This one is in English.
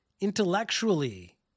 intellectually